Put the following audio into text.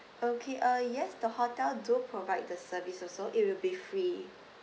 okay uh yes the hotel do provide the service also it will be free